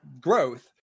growth